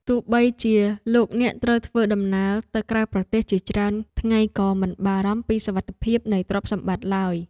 ទោះបីជាលោកអ្នកត្រូវធ្វើដំណើរទៅក្រៅប្រទេសជាច្រើនថ្ងៃក៏មិនបារម្ភពីសុវត្ថិភាពនៃទ្រព្យសម្បត្តិឡើយ។